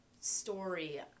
story